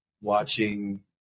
watching